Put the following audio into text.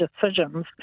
decisions